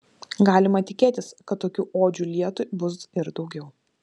galima tikėtis kad tokių odžių lietui bus ir daugiau